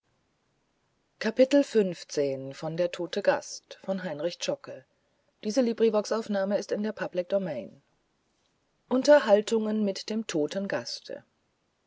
unterhaltungen mit dem toten gaste